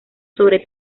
sobre